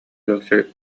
өлөксөй